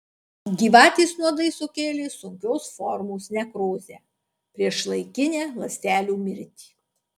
gyvatės nuodai sukėlė sunkios formos nekrozę priešlaikinę ląstelių mirtį